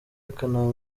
akanaba